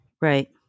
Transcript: Right